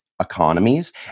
economies